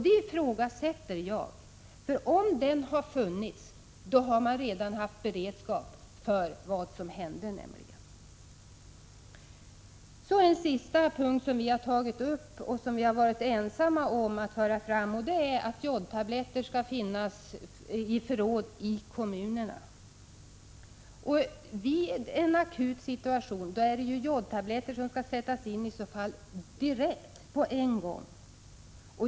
Det ifrågasätter jag, för om denna kompetens hade funnits, då hade man redan haft beredskap för vad som hände. En sista punkt som vi motionärer har tagit upp och som vi varit ensamma om att föra fram gäller jodtabletter. Vi anser att jodtabletter skall finnas i förråd i kommunerna. I en akut situation skall jodtabletter sättas in direkt, med en gång.